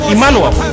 Emmanuel